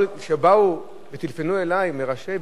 כשטלפנו אלי מראשי,